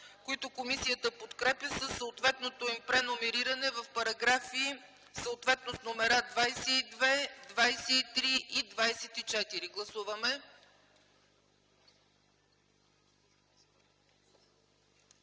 които комисията подкрепя със съответното им преномериране в параграфи с номера 22, 23 и 24. Моля, гласувайте.